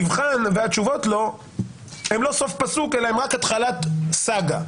שהמבחן והתשובות שלו הן לא סוף פסוק אלא רק התחלת סאגה.